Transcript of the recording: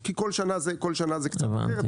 כי כל שנה זה כל שנה זה קצת יותר.